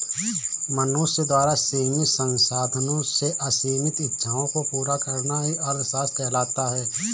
मनुष्य द्वारा सीमित संसाधनों से असीमित इच्छाओं को पूरा करना ही अर्थशास्त्र कहलाता है